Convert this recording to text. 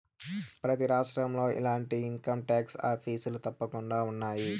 ప్రతి రాష్ట్రంలో ఇలాంటి ఇన్కంటాక్స్ ఆఫీసులు తప్పకుండా ఉన్నాయి